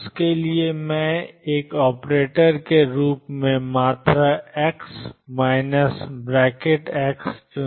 उसके लिए मैं एक ऑपरेटर के रूप में मात्रा x ⟨x⟩ चुनता हूं